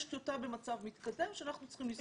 יש טיוטה במצב מתקדם שאנחנו צריכים לסגור אותה.